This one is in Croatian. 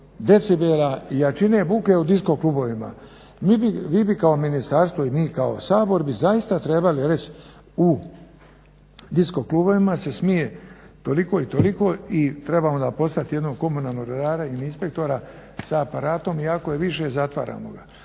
decibela i jačine buke u disko klubovima. Vi bi kao ministarstvo i mi kao Sabor bi zaista trebali reć, u disko klubovima se smije toliko i toliko, i trebamo onda postavit jednog komunalnog redara ili inspektora sa aparatom i ako je više zatvaramo ga.